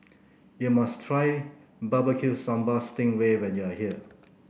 you must try Barbecue Sambal Sting Ray when you are here